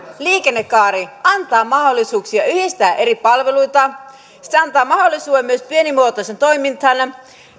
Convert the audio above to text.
liikennekaari antaa mahdollisuuksia yhdistää eri palveluita ja se antaa mahdollisuuden myös pienimuotoiseen toimintaan